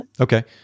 Okay